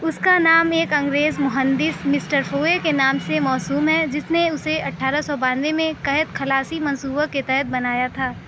اس کا نام ایک انگریز مہندس مسٹر فوئے کے نام سے موسوم ہے جس نے اسے اٹھارہ سو بانوے میں قحط خلاصی منصوبہ کے تحت بنایا تھا